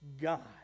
God